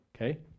okay